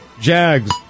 Jags